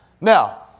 Now